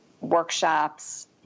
workshops